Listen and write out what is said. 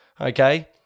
okay